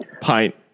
pint